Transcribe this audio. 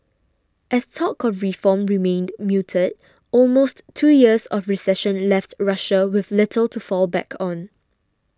as talk of reform remained muted almost two years of recession left Russia with little to fall back on